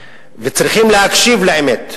וצריכים להקשיב לאמת,